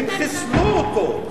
הם חיסלו אותו,